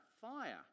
fire